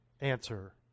answer